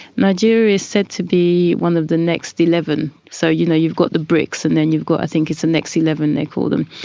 nigeria's said to be one of the next eleven. so, you know, you've got the brics, and then you've got i think it's the next eleven, they call them.